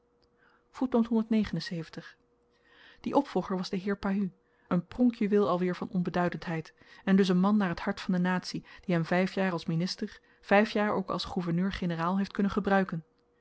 die opvolger was de heer pahud n pronkjuweel alweer van onbeduidendheid en dus n man naar t hart van de natie die hem vyf jaar als minister vyf jaar ook als gouverneur-generaal heeft kunnen gebruiken